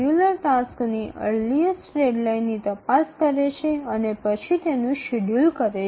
scheduler প্রাথমিকতম সময়সীমা সম্পন্ন কাজটি পরীক্ষা করে এবং তারপরে সময়সূচী তৈরি করে